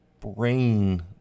brain